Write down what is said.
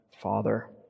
Father